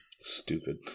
stupid